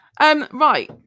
Right